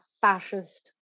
fascist